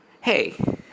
Hey